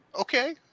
Okay